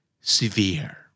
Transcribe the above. severe